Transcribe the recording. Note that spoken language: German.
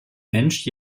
mensch